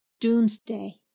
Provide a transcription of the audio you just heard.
Doomsday